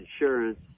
insurance